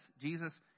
Jesus